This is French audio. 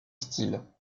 style